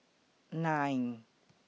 nine